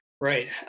Right